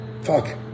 Fuck